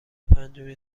پنجمین